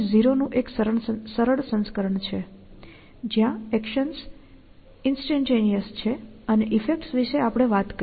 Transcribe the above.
0 નું એક સરળ સંસ્કરણ છે જ્યાં એક્શન્સ ઈન્સ્ટેન્ટેનિયસ છે અને ઈફેક્ટ્સ વિશે આપણે વાત કરી